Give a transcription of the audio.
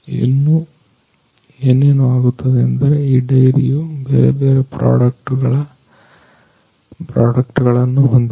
ಇನ್ನೂ ಏನೇನು ಆಗುತ್ತದೆ ಎಂದರೆ ಈ ಡೈರಿಯು ಬೇರೆ ಬೇರೆ ಪ್ರಾಡಕ್ಟ್ ಗಳನ್ನು ಹೊಂದಿದೆ